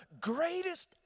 greatest